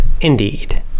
Indeed